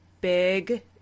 big